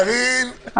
קארין,